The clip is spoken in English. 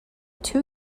two